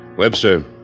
Webster